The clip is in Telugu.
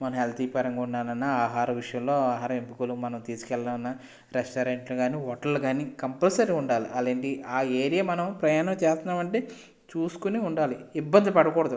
మనం హెల్తీ పరంగా ఉండాలన్నా ఆహార విషయంలో ఆహారం ఎప్పుడు కూడా మనం తీసుకెళ్లాలన్నా రెస్టారెంట్లు కానీ హోటల్లో కానీ కంపల్సరీ ఉండాలి ఆ ఏరియాలో మనం ప్రయాణం చేస్తున్నామంటే చూసుకొని ఉండాలి ఇబ్బంది పడకూడదు